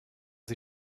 sie